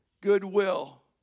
goodwill